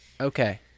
Okay